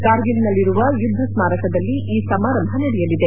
ಕಾರ್ಗಿಲ್ನಲ್ಲಿರುವ ಯುದ್ದ ಸ್ತಾರಕದಲ್ಲಿ ಈ ಸಮಾರಂಭ ನಡೆಯಲಿದೆ